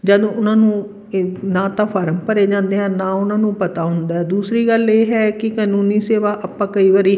ਜਦੋਂ ਉਹਨਾਂ ਨੂੰ ਇਹ ਨਾ ਤਾਂ ਫਾਰਮ ਭਰੇ ਜਾਂਦੇ ਹਨ ਨਾ ਉਹਨਾਂ ਨੂੰ ਪਤਾ ਹੁੰਦਾ ਦੂਸਰੀ ਗੱਲ ਇਹ ਹੈ ਕਿ ਕਾਨੂੰਨੀ ਸੇਵਾ ਆਪਾਂ ਕਈ ਵਾਰੀ